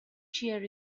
cheer